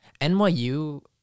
NYU